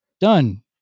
Done